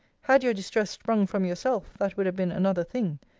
had your distress sprung from yourself, that would have been another thing.